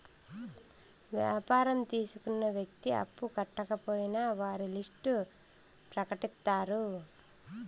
వ్యాపారం తీసుకున్న వ్యక్తి అప్పు కట్టకపోయినా వారి లిస్ట్ ప్రకటిత్తారు